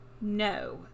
No